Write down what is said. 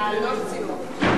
מנהלות סיעות.